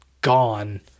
gone